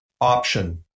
option